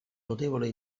notevole